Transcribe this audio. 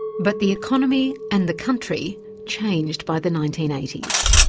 but the economy and the country changed by the nineteen eighty s.